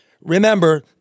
Remember